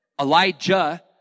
Elijah